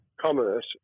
commerce